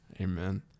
Amen